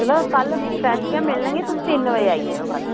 चलो कल फ्रैश गै मिलन गे तुस तिन बजे आई जायो कल